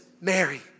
Mary